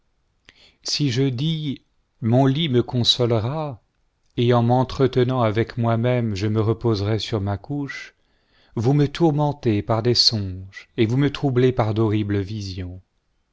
en m'enlietenant avec moi-même je me reposerai sur ma couche vous me tourmentez pnr des songes et vous me troublez par d'horribles visions